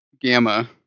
Gamma